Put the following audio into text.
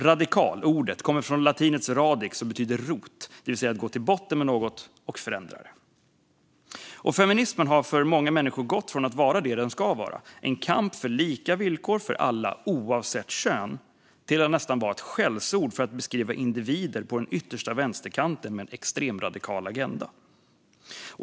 Ordet radikal kommer från latinets radix och betyder rot, det vill säga att gå till botten med något och förändra det. Feminismen har för många människor gått från att vara det som den ska vara, en kamp för lika villkor för alla oavsett kön, till att nästan vara ett skällsord för att beskriva individer på den yttersta vänsterkanten med en extremradikal agenda.